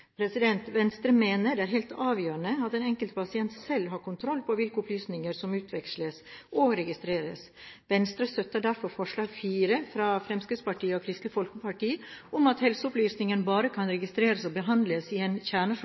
Venstre mener det er helt avgjørende at den enkelte pasient selv har kontroll på hvilke opplysninger som utveksles og registreres. Venstre støtter derfor forslag nr. 4, fra Fremskrittspartiet og Kristelig Folkeparti, om at helseopplysninger bare kan registreres og behandles i en